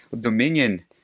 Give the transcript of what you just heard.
Dominion